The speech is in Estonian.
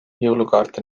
jõulukaarte